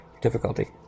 difficulty